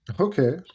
Okay